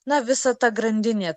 na visa ta grandinė